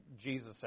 Jesus